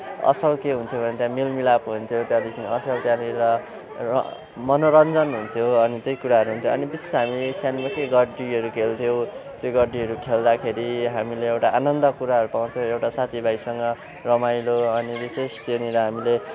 असल के हुन्थ्यो भने त्यहाँ मेलमिलाप हुन्थ्यो त्यहाँदेखि असल त्यहाँनिर र मनोरञ्जन हुन्थ्यो अनि त्यही कुराहरू हुन्थ्यो अनि विशेष हामीले सानोमा के गड्डीहरू खेल्थ्यौँ त्यही गड्डीहरू खेल्दाखेरि हामीले एउटा आनन्द कुराहरू पाउँथ्यौँ एउटा साथीभाइसँग रमाइलो अनि विशेष त्यहाँनिर हामीले